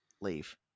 leave